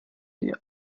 die